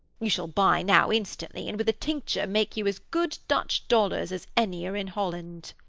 you shall buy now, instantly, and with a tincture make you as good dutch dollars as any are in holland.